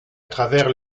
travers